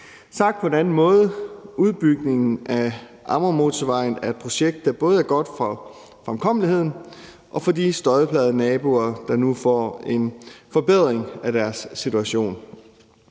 Sagt på en anden måde: Udbygningen af Amagermotorvejen er et projekt, der både er godt for fremkommeligheden og for de støjplagede naboer, der nu får en forbedring af deres situation.